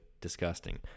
Disgusting